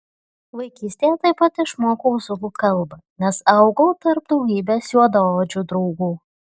vaikystėje taip pat išmokau zulų kalbą nes augau tarp daugybės juodaodžių draugų